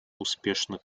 успешно